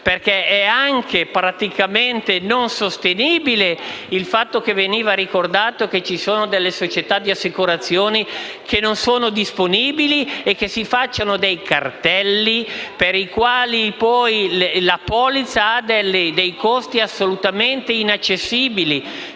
perché è non sostenibile il fatto che veniva ricordato, ossia che ci siano delle società di assicurazioni che non siano disponibili e che si facciano dei cartelli per cui la polizza abbia dei costi assolutamente inaccessibili